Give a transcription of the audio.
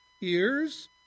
ears